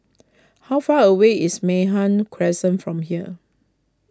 how far away is Mei Hwan Crescent from here